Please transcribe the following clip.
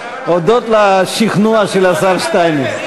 הודות לשכנוע של השר שטייניץ.